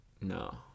No